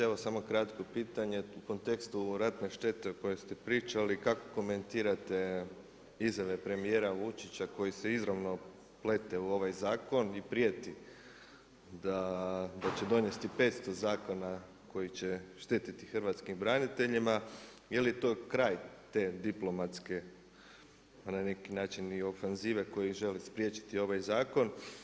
Evo samo kratko pitanje, u kontekstu ratne štete o kojoj ste pričali kako komentirate izjave premijera Vučića koji se izravno plete u ovaj zakon i prijeti da će donijeti 500 zakona koji će šteti hrvatskim braniteljima, je li to kraj te diplomatske, pa na neki način i ofanzive koji želi spriječiti ovaj zakon?